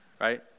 right